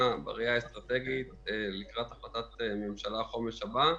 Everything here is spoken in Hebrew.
בראייה האסטרטגית לקראת החלטת הממשלה על תוכנית החומש הבאה.